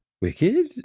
wicked